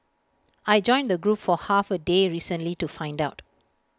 I joined the group for half A day recently to find out